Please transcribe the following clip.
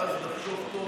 ואז לחשוב טוב,